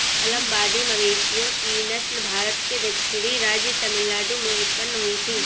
अलंबादी मवेशियों की नस्ल भारत के दक्षिणी राज्य तमिलनाडु में उत्पन्न हुई थी